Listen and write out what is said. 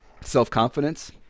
self-confidence